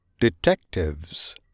Detectives